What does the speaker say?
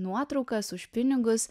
nuotraukas už pinigus